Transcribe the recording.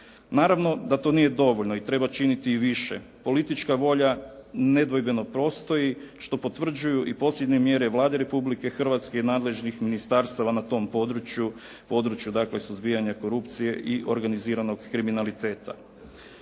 Naravno da to nije dovoljno i treba činiti i više. Politička volja nedvojbeno postoji što potvrđuju i posljednje mjere Vlade Republike Hrvatske i nadležnih ministarstava na tom području suzbijanja korupcije i organiziranog kriminaliteta.